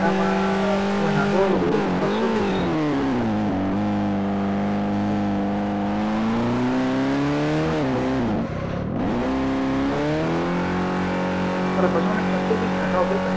दामा खमायनो हागौ फासस'बिस लाखिदो औ साराय फासस'मोन फासस'बिस थाखा हरदो होनबानो जाबाय